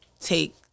take